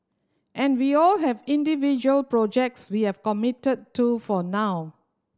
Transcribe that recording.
and we all have individual projects we have committed to for now